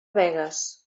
begues